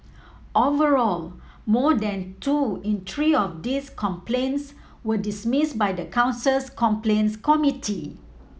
overall more than two in three of these complaints were dismissed by the council's complaints committee